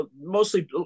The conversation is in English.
mostly